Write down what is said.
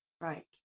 Right